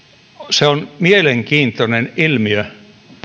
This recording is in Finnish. se on mielenkiintoinen ilmiö